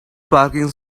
parking